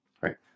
right